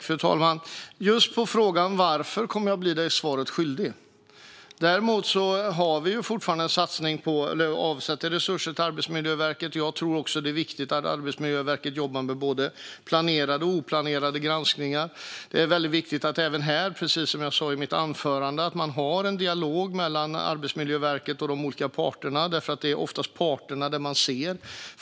Fru talman! Just på frågan varför kommer jag att bli svaret skyldig. Däremot avsätter vi resurser till Arbetsmiljöverket. Jag tror också att det är viktigt att Arbetsmiljöverket jobbar med både planerade och oplanerade granskningar. Precis som jag sa i mitt anförande är det viktigt att ha en dialog mellan Arbetsmiljöverket och de olika parterna. Det är oftast hos parterna man ser arbetet.